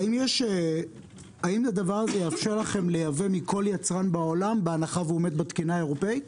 האם זה מאפשר לכם לייבא מכל יצרן בעולם בהנחה שעומד בתקינה האירופאית?